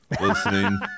listening